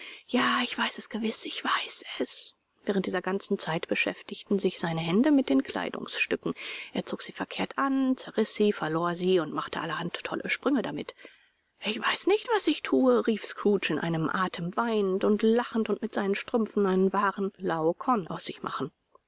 ja ich weiß es gewiß ich weiß es während dieser ganzen zeit beschäftigten sich seine hände mit den kleidungsstücken er zog sie verkehrt an zerriß sie verlor sie und machte allerhand tolle sprünge damit ich weiß nicht was ich thue rief scrooge in einem atem weinend und lachend und mit seinen strümpfen einen wahren laokoon aus sich machend